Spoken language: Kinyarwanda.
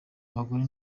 abagore